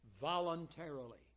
voluntarily